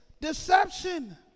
deception